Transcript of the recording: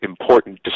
important